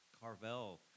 Carvel